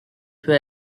peut